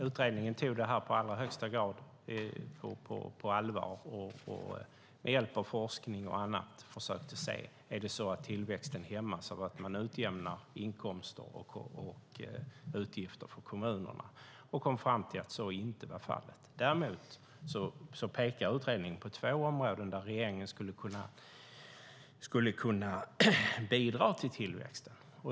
Utredningen tog verkligen detta på allvar och försökte, med hjälp av forskning och annat, se om tillväxten hämmas av att man utjämnar inkomster och utgifter för kommunerna. Man kom fram till att så inte vara fallet. Däremot pekar utredningen på två områden där regeringen skulle kunna bidra till tillväxten.